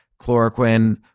chloroquine